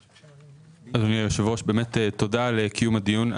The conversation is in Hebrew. אדוני היושב-ראש, באמת תודה על קיום הדיון.